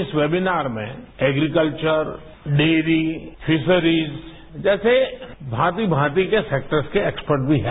इस वेबिनार में agriculture dairy fisheries जैसेभांति भांति के सेक्टर्स के एक्सपर्ट भी हैं